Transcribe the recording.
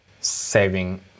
Saving